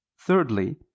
Thirdly